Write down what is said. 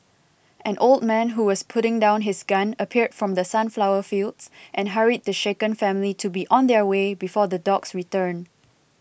an old man who was putting down his gun appeared from the sunflower fields and hurried the shaken family to be on their way before the dogs return